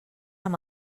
amb